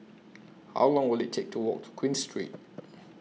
How Long Will IT Take to Walk to Queen Street